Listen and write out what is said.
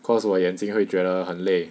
cause 我眼睛会觉得很累